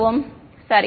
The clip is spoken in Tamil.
மாணவர் சரி